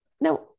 Now